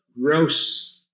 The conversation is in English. gross